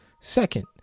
second